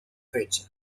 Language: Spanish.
fecha